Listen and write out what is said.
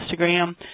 Instagram